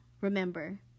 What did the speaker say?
remember